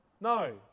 No